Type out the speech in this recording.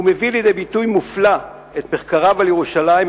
הוא מביא לידי ביטוי מופלא את מחקריו על ירושלים,